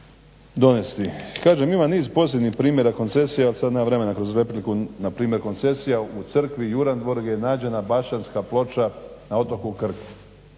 donesti. Kažem ima niz pozitivnih primjera koncesija, ali sad nemam vremena kroz repliku, npr. koncesija u crkvi Jurandvor je nađena Baščanska ploča na otoku Krku,